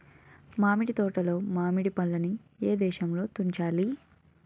మామిడి తోటలో మామిడి పండు నీ ఏదశలో తుంచాలి?